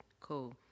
Cool